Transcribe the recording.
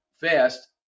fast